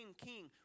king